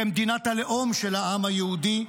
כמדינת הלאום של העם היהודי,